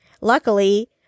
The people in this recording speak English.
luckily